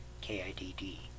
k-i-d-d